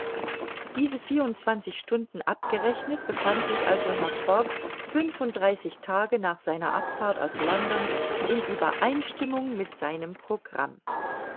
diese vierundzwanzig stunden abgerechnet befand sich also herr fogg fünfunddreißig tage nach seiner abfahrt aus london in uebereinstimmung mit seinem programm